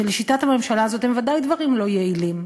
שלשיטת הממשלה הזאת הם בוודאי דברים לא יעילים,